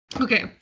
Okay